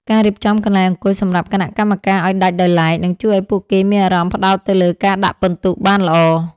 ការរៀបចំកន្លែងអង្គុយសម្រាប់គណៈកម្មការឱ្យដាច់ដោយឡែក នឹងជួយឱ្យពួកគេមានអារម្មណ៍ផ្ដោតទៅលើការដាក់ពិន្ទុបានល្អ។